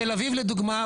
תל אביב לדוגמה,